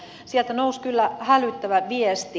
sieltä nousi kyllä hälyttävä viesti